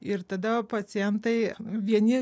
ir tada pacientai vieni